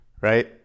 right